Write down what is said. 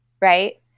Right